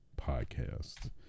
podcast